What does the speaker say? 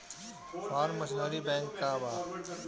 Form machinery bank का बा?